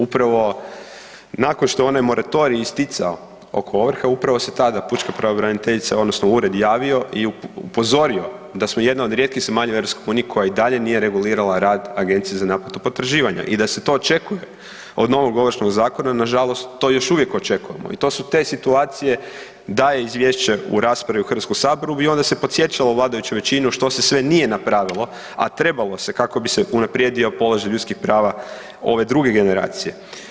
Upravo nakon što je onaj moratorij isticao oko ovrhe, upravo se tada pučka pravobraniteljica odnosno ured javio i upozorio da smo jedna od rijetkih zemalja u EU koja i dalje nije regulirala rad Agencije za naplatu potraživanja i da se to očekuje od novog Ovršnog zakona, nažalost, to još uvijek očekujemo i to su te situacije da je izvješće u raspravi u Hrvatskom saboru bi onda se podsjećalo vladajuću većinu što se sve nije napravilo a trebalo se kako bi se unaprijedio položaj ljudskih prava ove druge generacije.